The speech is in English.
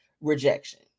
rejection